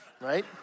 right